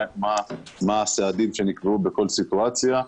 מה הסעדים שנקבעו בכל סיטואציה.